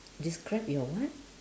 describe your what